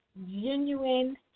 genuine